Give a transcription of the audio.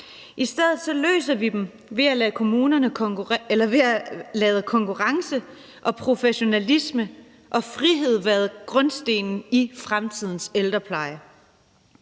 I stedet for løser vi dem ved at lade konkurrence, professionalisme og frihed være grundstenene i fremtidens ældrepleje.